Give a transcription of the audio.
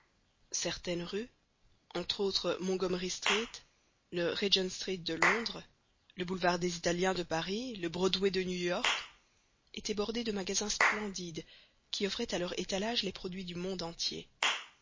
certaines rues entre autres montgommery street le régent street de londres le boulevard des italiens de paris le broadway de new york étaient bordées de magasins splendides qui offraient à leur étalage les produits du monde entier